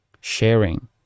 sharing